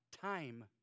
time